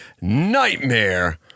Nightmare